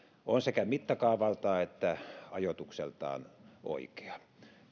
on sekä mittakaavaltaan että ajoitukseltaan oikea